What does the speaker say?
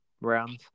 rounds